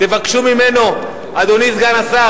תבקשו ממנו: אדוני סגן השר,